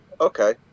okay